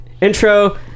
intro